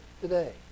today